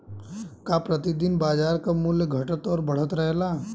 का प्रति दिन बाजार क मूल्य घटत और बढ़त रहेला?